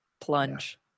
plunge